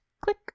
click